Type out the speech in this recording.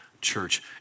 church